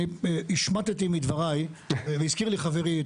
אני השמטתי מדבריי והזכיר לי חברי,